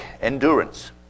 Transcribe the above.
endurance